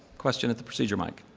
question at the procedure mic.